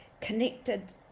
connected